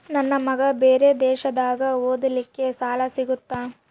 ನನ್ನ ಮಗ ಬೇರೆ ದೇಶದಾಗ ಓದಲಿಕ್ಕೆ ಸಾಲ ಸಿಗುತ್ತಾ?